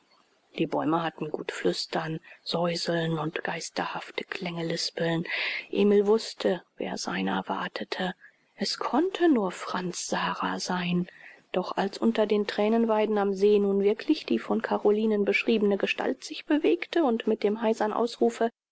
die bäume hatten gut flüstern säuseln und geisterhafte klänge lispeln emil wußte wer seiner wartete es konnte nur franz sara sein doch als unter den thränenweiden am see nun wirklich die von carolinen beschriebene gestalt sich bewegte und mit dem heiseren ausrufe